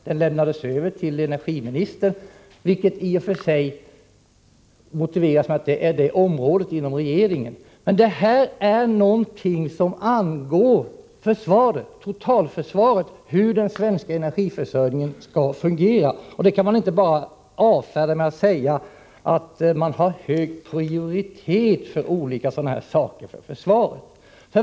Den lämnades över till energiministern, vilket i och för sig motiverades med att det gällde energiministerns område inom regeringen. Men detta är någonting som angår totalförsvaret — hur den svenska energiförsörjningen skall fungera. Det kan man inte bara avfärda genom att säga att man har hög prioritet för olika åtgärder inom försvaret.